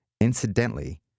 incidentally